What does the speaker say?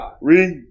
Read